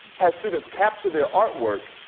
has students capture their artwork,